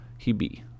Hebe